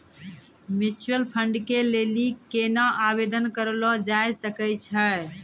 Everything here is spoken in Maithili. म्यूचुअल फंड के लेली केना आवेदन करलो जाय सकै छै?